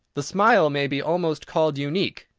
the smile may be almost called unique.